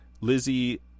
lizzie